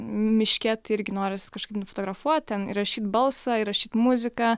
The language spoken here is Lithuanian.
miške tai irgi norisi kažkaip nufotografuot ten įrašyt balsą įrašyt muziką